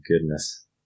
goodness